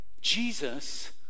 Jesus